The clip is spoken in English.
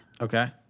Okay